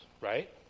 right